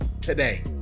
today